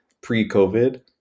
pre-COVID